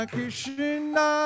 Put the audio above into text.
Krishna